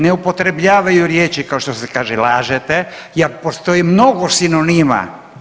Ne upotrebljavaju riječi kao što se kaže lažete jer postoji mnogo sinonima.